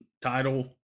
title